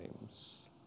names